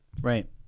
right